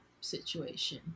situation